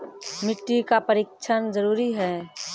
मिट्टी का परिक्षण जरुरी है?